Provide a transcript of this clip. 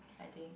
I think